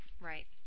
Right